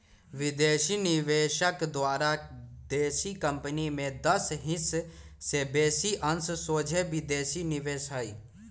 विदेशी निवेशक द्वारा देशी कंपनी में दस हिस् से बेशी अंश सोझे विदेशी निवेश हइ